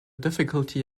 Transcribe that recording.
difficulty